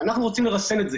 אפשר להציע נוסח בהקשר הזה?